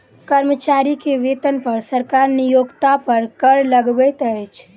कर्मचारी के वेतन पर सरकार नियोक्ता पर कर लगबैत अछि